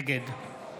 נגד